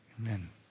Amen